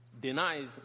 Denies